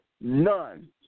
none